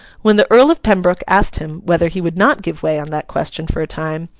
when the earl of pembroke asked him whether he would not give way on that question for a time,